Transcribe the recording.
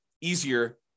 easier